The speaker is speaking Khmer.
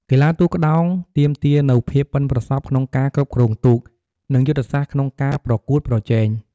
កីឡាទូកក្ដោងទាមទារនូវភាពប៉ិនប្រសប់ក្នុងការគ្រប់គ្រងទូក និងយុទ្ធសាស្ត្រក្នុងការប្រកួតប្រជែង។